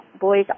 boys